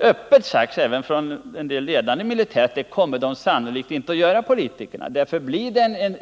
öppet sagts även av en delledande militärer att politikerna sannolikt inte kommer att göra det.